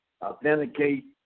authenticate